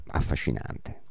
affascinante